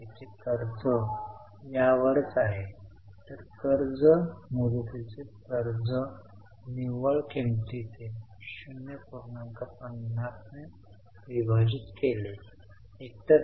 तर इनफ्लो 17 आहे परंतु थेट कॅश फ्लो मध्ये 17 लिहू नका कारण पी आणि एल मध्ये काही आयटम असू शकतात